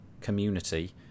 community